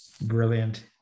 Brilliant